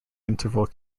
interval